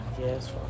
Yes